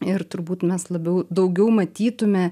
ir turbūt mes labiau daugiau matytume